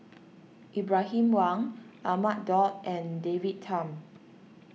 Ibrahim Awang Ahmad Daud and David Tham